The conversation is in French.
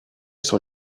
sur